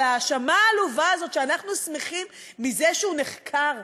אבל ההאשמה העלובה הזאת שאנחנו שמחים מזה שהוא נחקר.